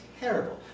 terrible